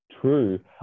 True